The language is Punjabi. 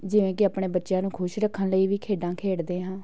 ਜਿਵੇਂ ਕਿ ਆਪਣੇ ਬੱਚਿਆਂ ਨੂੰ ਖੁਸ਼ ਰੱਖਣ ਲਈ ਵੀ ਖੇਡਾਂ ਖੇਡਦੇ ਹਾਂ